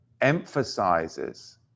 emphasizes